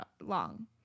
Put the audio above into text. long